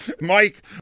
Mike